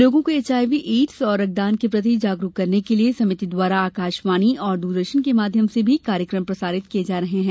लोगों को HIV AIDS और रक्तदान के प्रति जागरूक करने के लिये समिति द्वारा आकाशवाणी और दूरदर्शन के माध्यम से भी कार्यक्रम प्रसारित किये जा रहे हैं